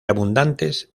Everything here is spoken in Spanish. abundantes